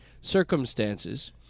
circumstances